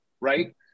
Right